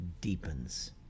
deepens